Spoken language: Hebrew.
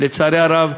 לצערי הרב,